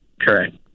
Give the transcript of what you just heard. Correct